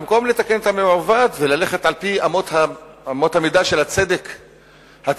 במקום לתקן את המעוות וללכת על-פי אמות המידה של הצדק הטבעי,